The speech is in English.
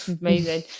Amazing